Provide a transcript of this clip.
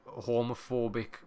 homophobic